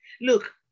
Look